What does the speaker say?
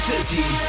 City